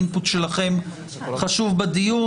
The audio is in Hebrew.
האימפוט שלכם חשוב בדיון.